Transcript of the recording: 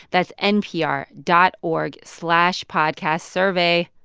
that's npr dot org slash podcastsurvey.